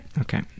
Okay